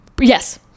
Yes